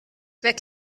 glaubt